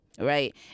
Right